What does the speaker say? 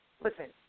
listen